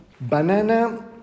Banana